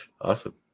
Awesome